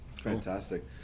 Fantastic